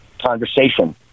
conversation